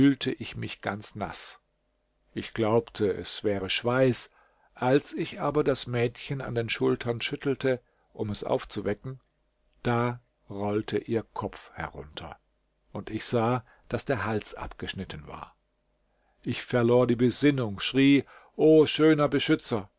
ich mich ganz naß ich glaubte es wäre schweiß als ich aber das mädchen an den schultern schüttelte um es aufzuwecken da rollte ihr kopf herunter und ich sah daß der hals abgeschnitten war ich verlor die besinnung schrie o schöner beschützer